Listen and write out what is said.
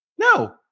No